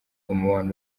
umubano